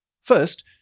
First